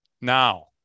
Now